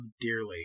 dearly